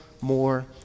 more